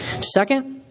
Second